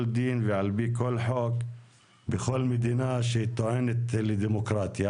דין ועל פי כל חוק בכל מדינה שטוענת לדמוקרטיה,